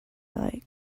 like